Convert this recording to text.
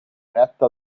retta